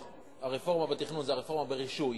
הרפורמה בתכנון זה רפורמה ברישוי.